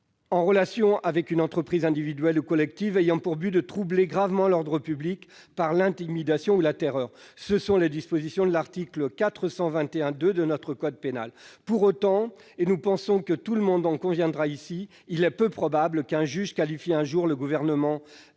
en relation avec une entreprise individuelle ou collective ayant pour but de troubler gravement l'ordre public par l'intimidation ou la terreur ». Ce sont les dispositions de l'article 421-2 de notre code pénal. Pour autant, et chacun en conviendra ici, il est peu probable qu'un juge qualifie un jour le gouvernement d'un